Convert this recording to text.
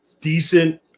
decent